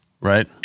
right